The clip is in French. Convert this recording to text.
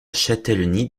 châtellenie